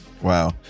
Wow